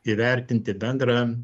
įvertinti bendrą